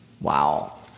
Wow